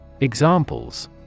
Examples